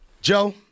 Joe